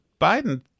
Biden